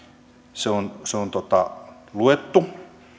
se on luettu